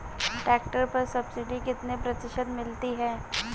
Tractor पर subsidy कितने प्रतिशत मिलती है?